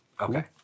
Okay